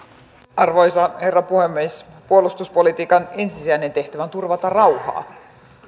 arvoisa herra puhemies puolustuspolitiikan ensisijainen tehtävä on turvata rauhaa